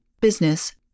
business